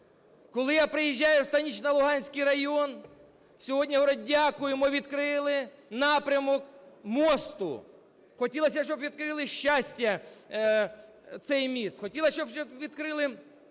Коли я приїжджаю в Станично-Луганський район, сьогодні говорять: "Дякуємо, відкрили напрямок мосту. Хотілося б, щоб відкрили Щастя, цей міст; хотілося б, щоб вже відкрили